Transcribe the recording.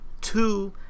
Two